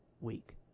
week